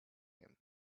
him